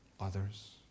others